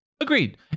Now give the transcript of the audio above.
Agreed